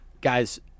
Guys